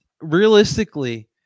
realistically